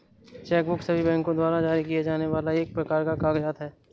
check book सभी बैंको द्वारा जारी किए जाने वाला एक प्रकार का कागज़ात है